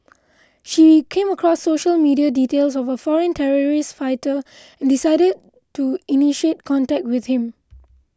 she came across social media details of a foreign terrorist fighter decided to initiate contact with him